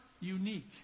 unique